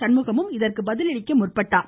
சண்முகமும் இதற்கு பதிலளிக்க முற்பட்டார்